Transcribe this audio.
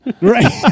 Right